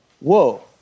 whoa